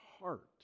heart